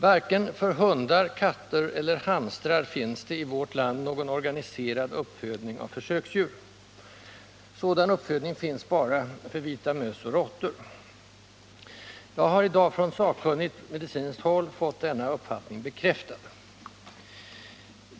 Varken för hundar, katter eller hamstrar finns det i vårt land någon organiserad uppfödning av försöksdjur. Sådan uppfödning finns bara för vita möss och råttor. Jag har i dag från sakkunnigt medicinskt håll fått denna uppfattning bekräftad.